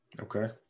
okay